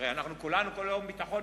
הרי כולנו כל היום: ביטחון,